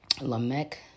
Lamech